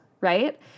Right